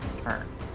turn